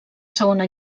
segona